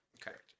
Correct